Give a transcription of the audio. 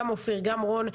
גם אופיר גם רון,